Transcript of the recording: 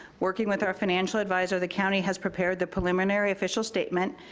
working with our financial advisor, the county has prepared the preliminary official statement,